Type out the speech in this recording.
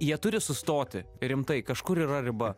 jie turi sustoti rimtai kažkur yra riba